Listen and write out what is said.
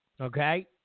Okay